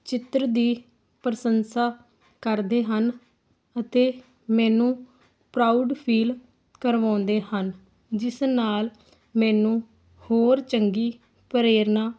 ਚਿੱਤਰ ਦੀ ਪ੍ਰਸ਼ੰਸਾ ਕਰਦੇ ਹਨ ਅਤੇ ਮੈਨੂੰ ਪਰਾਊਡ ਫੀਲ ਕਰਵਾਉਂਦੇ ਹਨ ਜਿਸ ਨਾਲ ਮੈਨੂੰ ਹੋਰ ਚੰਗੀ ਪ੍ਰੇਰਨਾ